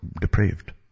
depraved